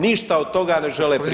Ništa od toga ne žele